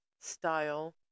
style